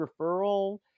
referral